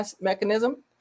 mechanism